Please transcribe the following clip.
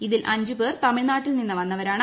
ഇതിൽ അഞ്ചുപേർ തമിഴ്നാട്ടിൽ നിന്ന് വന്നവരാണ്